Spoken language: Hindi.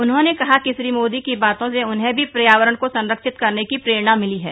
उन्होंने कहा कि श्री मोदी की बातों से उन्हें भी पर्यावरण को संरक्षित करने की प्रेरणा मिली है